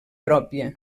pròpia